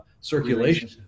circulation